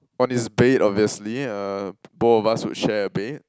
on his bed obviously uh both of us would share a bed